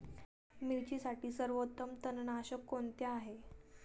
मिरचीसाठी सर्वोत्तम तणनाशक कोणते आहे?